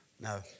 no